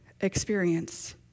experience